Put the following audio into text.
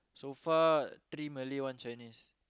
so far three Malay one Chinese